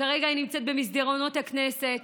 כרגע היא נמצאת במסדרונות הכנסת.